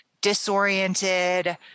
disoriented